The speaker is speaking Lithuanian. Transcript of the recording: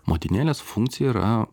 motinėlės funkcija yra